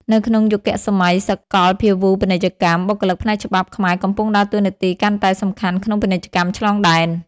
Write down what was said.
នៅក្នុងយុគសម័យសាកលភាវូបនីយកម្ម បុគ្គលិកផ្នែកច្បាប់ខ្មែរកំពុងដើរតួនាទីកាន់តែសំខាន់ក្នុងពាណិជ្ជកម្មឆ្លងដែន។